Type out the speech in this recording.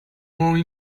more